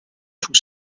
tout